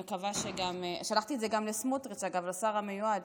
אגב, שלחתי את זה גם לסמוטריץ', לשר המיועד.